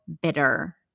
bitter